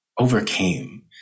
overcame